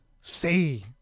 say